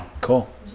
cool